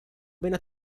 venne